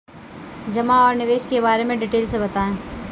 जमा और निवेश के बारे में डिटेल से बताएँ?